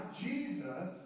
Jesus